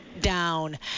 down